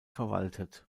verwaltet